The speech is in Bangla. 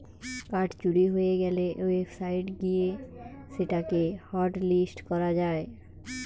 কার্ড চুরি হয়ে গ্যালে ওয়েবসাইট গিয়ে সেটা কে হটলিস্ট করা যায়